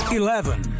eleven